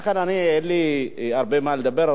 לכן אין לי הרבה מה לדבר,